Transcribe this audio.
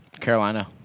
Carolina